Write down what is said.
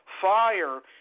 fire